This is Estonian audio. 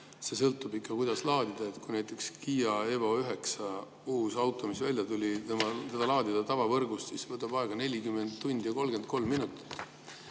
Sõltub ikka, kuidas laadida. Kui näiteks Kia EV9-d – uus auto, mis välja tuli – laadida tavavõrgust, siis see võtab aega 40 tundi ja 33 minutit.